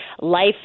life